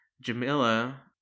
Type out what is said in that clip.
Jamila